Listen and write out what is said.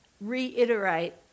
reiterate